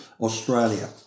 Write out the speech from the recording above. Australia